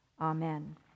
Amen